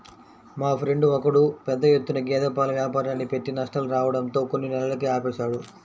మా ఫ్రెండు ఒకడు పెద్ద ఎత్తున గేదె పాల వ్యాపారాన్ని పెట్టి నష్టాలు రావడంతో కొన్ని నెలలకే ఆపేశాడు